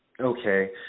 Okay